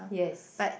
yes